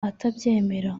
atabyemera